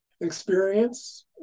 experience